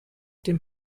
dem